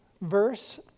verse